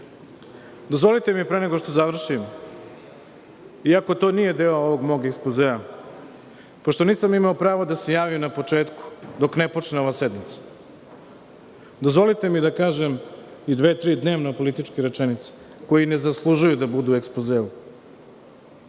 dužnosti. Dozvolite mi pre nego što završim, iako to nije deo ovog mog ekspozea, pošto nisam imao pravo da se javim na početku dok ne počne ova sednica, dozvolite mi da kažem i dve - tri dnevno političke rečenice koji ne zaslužuju da budu u ekspozeu. Znate